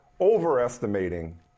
overestimating